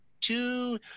two